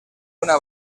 una